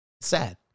Sad